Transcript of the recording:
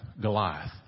Goliath